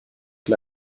die